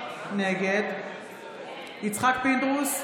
נגד יצחק פינדרוס,